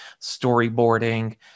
storyboarding